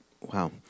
Wow